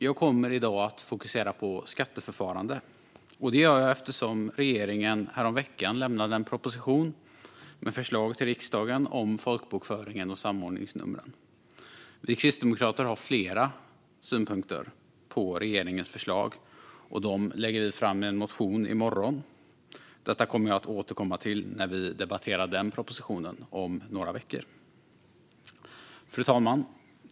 Jag kommer dock att fokusera på skatteförfarande i dag, och det gör jag eftersom regeringen häromveckan lämnade en proposition till riksdagen om folkbokföringen och samordningsnumren. Vi kristdemokrater har flera synpunkter på regeringens förslag, och dem lägger vi fram i en motion i morgon. Detta kommer jag att återkomma till när vi debatterar den propositionen om några veckor. Fru talman!